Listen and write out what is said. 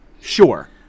Sure